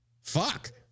Fuck